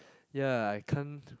ya I can't